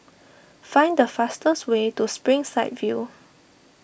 find the fastest way to Springside View